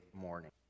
morning